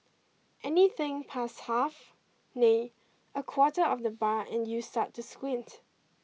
anything past half nay a quarter of the bar and you start to squint